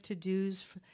to-dos –